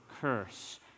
curse